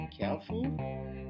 careful